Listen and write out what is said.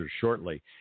shortly